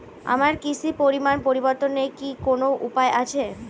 আমার কিস্তির পরিমাণ পরিবর্তনের কি কোনো উপায় আছে?